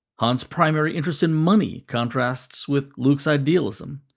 han's primary interest in money contrasts with luke's idealism.